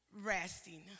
resting